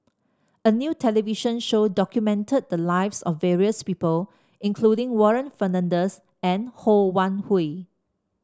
a new television show documented the lives of various people including Warren Fernandez and Ho Wan Hui